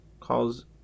calls